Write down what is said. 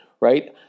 right